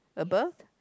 above